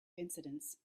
incidents